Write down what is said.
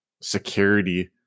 security